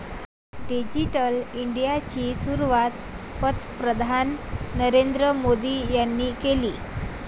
digital इंडियाची सुरुवात पंतप्रधान नरेंद्र मोदी यांनी केली